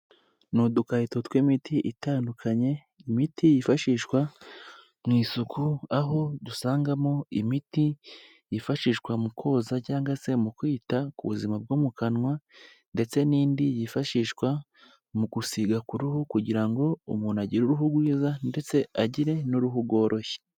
Ni udukarito tw'imiti itandukanye, imiti yifashishwa mu isuku; aho dusangamo imiti yifashishwa mu koza cyangwa se mu kwita ku buzima bwo mu kanwa ndetse n'indi yifashishwa mu gusiga ku ruhu kugira ngo umuntu agire uruhu rwiza ndetse agire n'uruhu rworoshye.